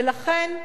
ולכן,